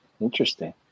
interesting